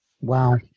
Wow